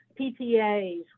PTAs